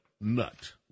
nut